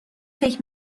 فکر